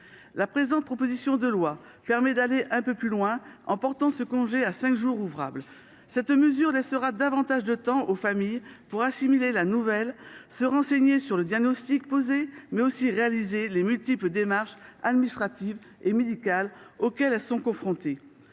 Cette proposition de loi permet d’aller un peu plus loin en portant ce congé à cinq jours ouvrables. Les familles auront ainsi davantage de temps pour assimiler la nouvelle, se renseigner sur le diagnostic posé et accomplir les multiples démarches administratives et médicales auxquelles elles sont confrontées.